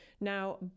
Now